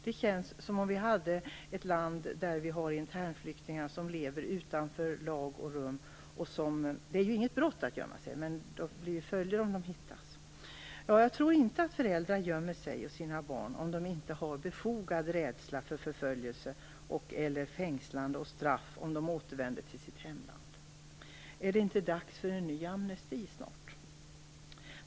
Det känns som om vi hade ett land där internflyktingar lever utanför lag och rum. Det är ju inget brott att gömma sig, men det blir följder om de hittas. Jag tror inte att föräldrar gömmer sig och sina barn om de inte har befogad rädsla för förföljelse och/eller fängslande och straff om de återvänder till sitt hemland. Är det inte dags för en ny amnesti snart?